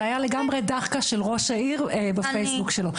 זה היה לגמרי דחקה של ראש העיר בפייסבוק שלו,